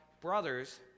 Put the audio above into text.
brothers